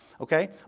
Okay